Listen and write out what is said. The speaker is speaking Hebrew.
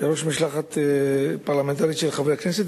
בראש משלחת פרלמנטרית של חברי כנסת,